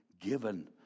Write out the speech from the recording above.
given